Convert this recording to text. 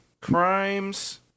Crimes